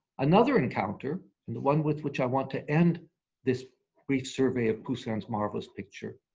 another encounter, and the one with which i want to end this brief survey of poussin's marvelous picture,